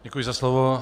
Děkuji za slovo.